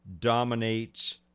dominates